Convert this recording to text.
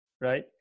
right